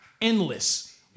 endless